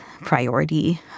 priority